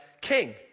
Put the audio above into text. king